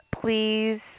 Please